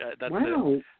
wow